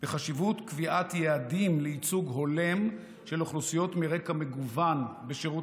בחשיבות קביעת יעדים לייצוג הולם של אוכלוסיות מרקע מגוון בשירות